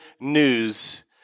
news